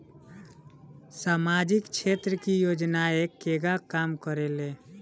सामाजिक क्षेत्र की योजनाएं केगा काम करेले?